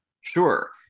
Sure